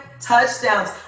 touchdowns